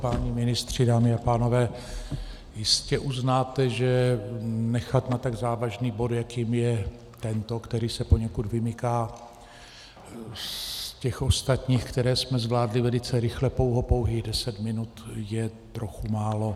Páni ministři, dámy a pánové, jistě uznáte, že nechat na tak závažný bod, jakým je tento, který se poněkud vymyká z těch ostatních, které jsme zvládli velice rychle, pouhopouhých deset minut, je trochu málo.